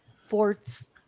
Forts